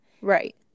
Right